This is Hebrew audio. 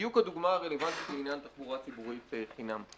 היא בדיוק הדוגמה הרלבנטית לעניין תחבורה ציבורית חינם.